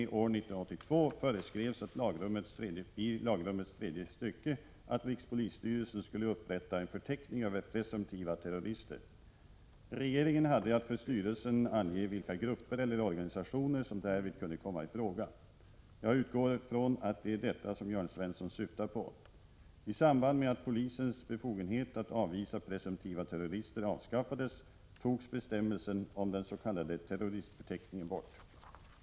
år 1982 föreskrevs i lagrummets tredje stycke att rikspolisstyrelsen skulle upprätta en förteckning över presumtiva terrorister. Regeringen hade att för styrelsen ange vilka grupper eller organisationer som därvid kunde komma i fråga. Jag utgår från att det är detta som Jörn Svensson syftar på. I samband med att polisens befogenhet att avvisa presumtiva terrorister avskaffades, togs bestämmelsen om den s.k. terroristförteckningen bort.